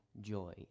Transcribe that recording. joy